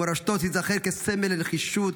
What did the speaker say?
מורשתו תיזכר כסמל לנחישות,